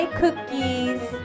cookies